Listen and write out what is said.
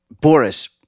Boris